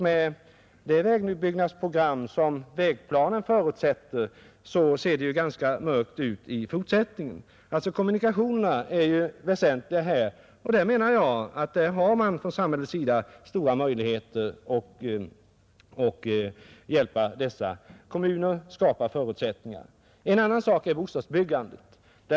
Med det vägbyggnadsprogram som vägplanen förutsätter ser det ganska mörkt ut även för framtiden. Kommunikationerna är alltså väsentliga, och jag anser att samhället har stora möjligheter att på detta område hjälpa dessa kommuner. Ett annat område är bostadsbyggandet.